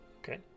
Okay